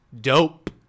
dope